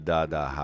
Dada